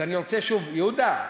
יהודה,